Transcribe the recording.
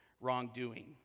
wrongdoing